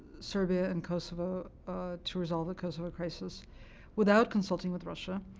serbia and kosovo to resolve the kosovo crisis without consulting with russia.